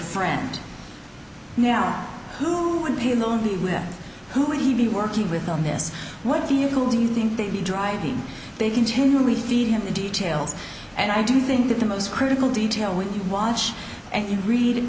friend now whom would be lonely with who would he be working with on this what do you do you think they'd be driving they continually feed him the details and i do think that the most critical detail when you watch and you read